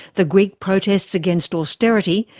the greek protests against austerity,